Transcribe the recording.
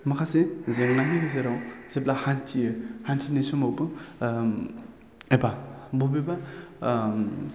माखासे जेनांनि गेजेराव जेब्ला हान्थियो हान्थिनाय समावबो एबा बबेबा